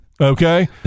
Okay